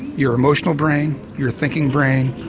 your emotional brain, your thinking brain,